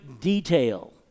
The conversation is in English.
detail